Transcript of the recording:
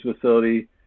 facility